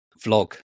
vlog